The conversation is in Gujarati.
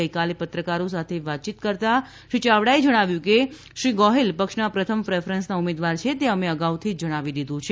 ગઇકાલે પત્રકારો સાથે વાતચીત કરતા શ્રી ચાવડાએ જણાવ્યું હતું કે શ્રી ગોહિલ પક્ષના પ્રથમ પ્રેફરન્સના ઉમેદવાર છે તે અમે અગાઉથી જ જણાવી દીધું છે